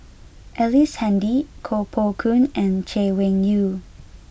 Ellice Handy Koh Poh Koon and Chay Weng Yew